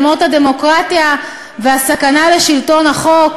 על מות הדמוקרטיה והסכנה לשלטון החוק.